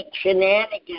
shenanigans